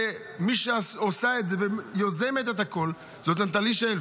מי שעושה את זה ויוזמת את הכול זו נטלי שלף.